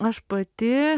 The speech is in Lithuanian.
aš pati